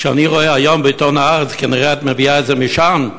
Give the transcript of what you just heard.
כשאני רואה היום בעיתון "הארץ" כנראה את מביאה את זה משם,